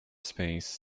space